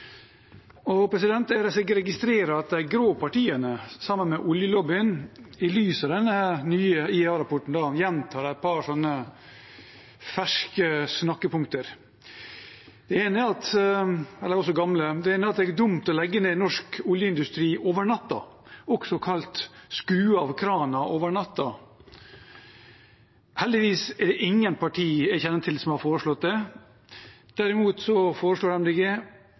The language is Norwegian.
registrerer at de grå partiene, sammen med oljelobbyen, i lys av denne nye IEA-rapporten gjentar et par gamle snakkepunkter. Det ene er at det er dumt å legge ned norsk oljeindustri over natta, også kalt «skru av krana over natta». Heldigvis er det ingen partier jeg kjenner til, som har foreslått det. Derimot foreslår MDG